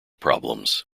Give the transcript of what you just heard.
problems